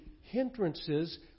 hindrances